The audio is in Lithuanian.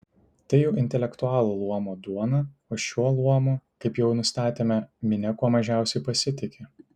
tai jau intelektualų luomo duona o šiuo luomu kaip jau nustatėme minia kuo mažiausiai pasitiki